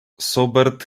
sobered